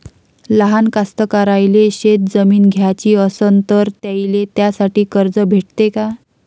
लहान कास्तकाराइले शेतजमीन घ्याची असन तर त्याईले त्यासाठी कर्ज भेटते का?